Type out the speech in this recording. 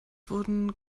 wurden